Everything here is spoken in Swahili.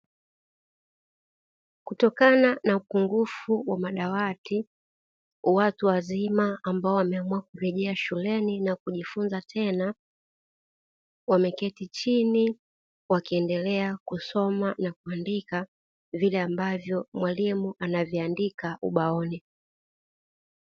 Kutokana na upungufu wa madawati, watu wazima ambao wameamua kurejea shuleni na kujifunza tena, wameketi chini wakiendelea kusoma na kuandika vile ambavyo mwalimu anaviandika ubaoni.